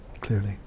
clearly